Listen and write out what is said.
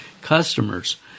customers